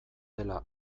dela